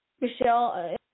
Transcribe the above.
Michelle